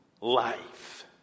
life